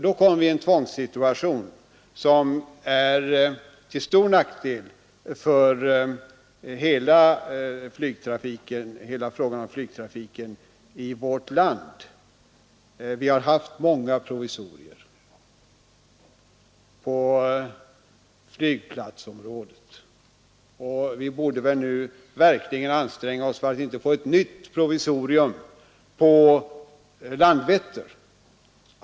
Då kommer vi i en tvångssituation som är till stor nackdel när det gäller hela frågan om flygtrafiken i vårt land. Vi har haft många provisorier i fråga om flygplatser, och vi borde väl nu verkligen anstränga oss för att inte få ett nytt provisorium på Landvetter.